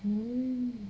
um